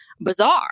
bizarre